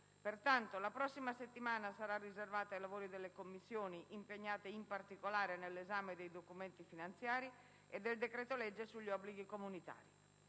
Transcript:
pertanto la prossima settimana sarà riservata ai lavori delle Commissioni, impegnate in particolare nell'esame dei documenti finanziari e del decreto-legge sugli obblighi comunitari.